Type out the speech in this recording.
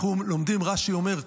רש"י אומר,